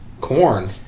corn